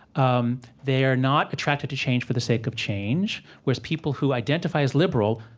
um they are not attracted to change for the sake of change, whereas people who identify as liberal,